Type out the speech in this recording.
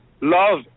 love